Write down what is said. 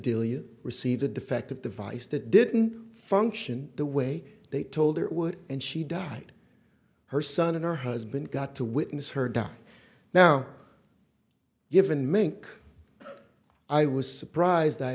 deal you receive a defective device that didn't function the way they told it would and she died her son and her husband got to witness her die now given mink i was surprised i